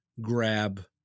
grab